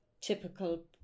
typical